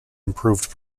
improved